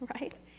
right